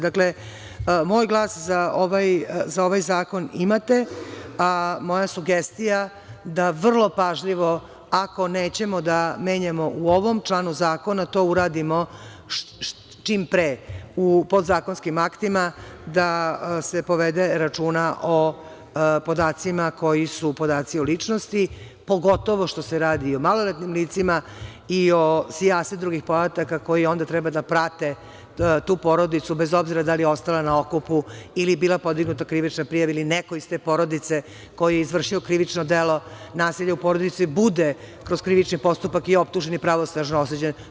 Dakle, moj glas za ovaj zakon imate, a moja sugestija je da vrlo pažljivo, ako nećemo da menjamo u ovom članu zakona, to uradimo čim pre u podzakonskim aktima, da se povede računa o podacima, koji su podaci o ličnosti, pogotovo što se radi o maloletnim licima i o sijaset drugih podataka koje onda treba da prate tu porodicu, bez obzira da li je ostala na okupu ili je bila podignuta krivična prijava ili neko iz te porodice, ko je izvršio krivično delo nasilja u porodici, bude kroz krivični postupak optužen i pravosnažno osuđen.